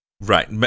Right